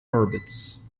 orbits